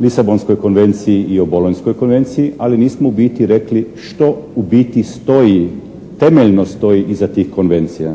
Lisabonskoj konvenciji i o Bolonjskoj konvenciji ali nismo u biti rekli što u biti stoji, temeljno stoji iza tih konvencija?